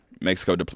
Mexico